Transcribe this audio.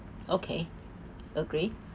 okay agree